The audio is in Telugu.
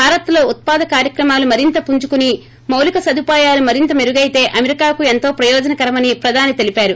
భారత్లో ఉత్పాద కార్యక్రమాలు మరింత పుంజుకుని మాలిక సదుపాయాలు మరింత మెరుగైతే అమెరికాకూ ఎంతో ప్రయోజనకరమని ప్రధాని తెలిపారు